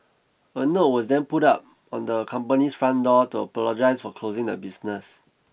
a note was then put up on the company's front door to apologise for closing the business